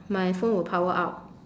my phone will power out